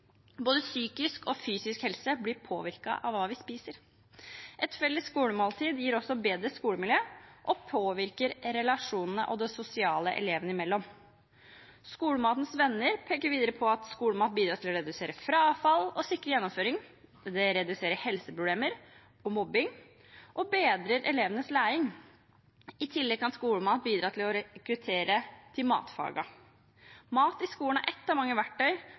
Både psykisk og fysisk helse blir påvirket av hva vi spiser. Et felles skolemåltid gir også bedre skolemiljø og påvirker relasjonene og det sosiale elevene imellom. Skolematens Venner peker på at skolemat bidrar til å redusere frafall og sikre gjennomføring, redusere helseproblemer, redusere mobbing og bedre elevenes læring. I tillegg kan skolemat bidra til å rekruttere til matfagene. Mat i skolen er et av mange verktøy